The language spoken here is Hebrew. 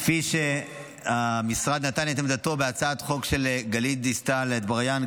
כפי שהמשרד נתן את עמדתו בהצעת החוק של גלית דיסטל אטבריאן,